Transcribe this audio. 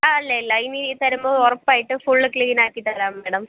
ആ ഇല്ല ഇല്ല ഇനി തരുമ്പോൾ ഉറപ്പായിട്ടും ഫുള്ള് ക്ലീനാക്കിത്തരാം മാഡം